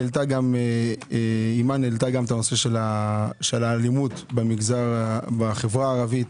העלתה גם אימאן גם את נושא האלימות בחברה הערבית